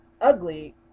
ugly